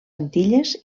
antilles